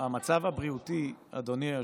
הבריאותי היום,